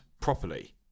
properly